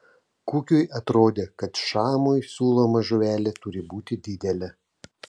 kukiui atrodė kad šamui siūloma žuvelė turi būti didelė